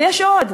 ויש עוד.